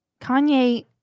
Kanye